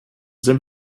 sind